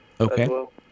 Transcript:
okay